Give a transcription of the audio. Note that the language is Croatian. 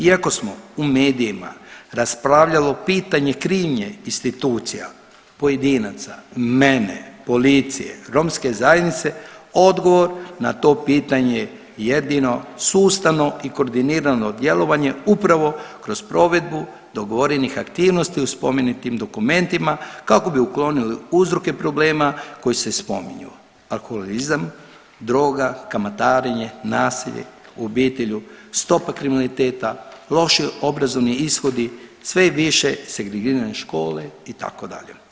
Iako smo u medijima raspravljalo pitanje krivnje institucija, pojedinaca, mene, policije, romske zajednice, odgovor na to pitanje jedino sustavno i koordinirano djelovanje upravo kroz provedbu dogovorenih aktivnosti u spomenutim dokumentima kako bi uklonili uzroke problema koji se spominju, alkoholizam, droga, kamatarenje, nasilje u obitelji, stopa kriminaliteta, loši obrazovni ishodi, sve je više segregirane škole itd.